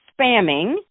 spamming